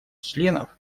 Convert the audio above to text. членов